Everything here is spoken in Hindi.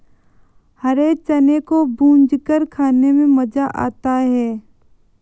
हरे चने को भूंजकर खाने में मज़ा आता है